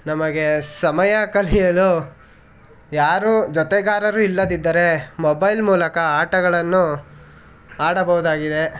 ನಮಗೆ ಸಮಯ ಕಳೆಯಲು ಯಾರೂ ಜೊತೆಗಾರರು ಇಲ್ಲದಿದ್ದರೆ ಮೊಬೈಲ್ ಮೂಲಕ ಆಟಗಳನ್ನು ಆಡಬೋದಾಗಿದೆ